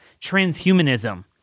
transhumanism